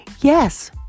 Yes